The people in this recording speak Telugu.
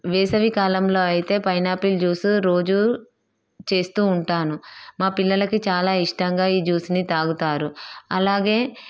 వేసవికాలంలో అయితే పైనాపిల్ జ్యూస్ రోజు చేస్తూ ఉంటాను మాపిల్లలకి చాలా ఇష్టంగా ఈజ్యూస్ని తాగుతారు అలాగే